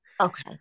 okay